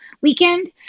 weekend